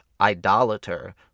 idolater